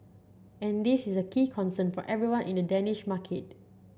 and this is a key concern for everyone in the Danish market